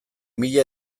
mila